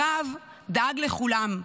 הרב דאג לכולם,